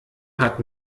hat